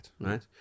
Right